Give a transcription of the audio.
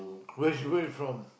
which way from